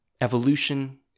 evolution